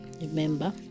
Remember